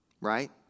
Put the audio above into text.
right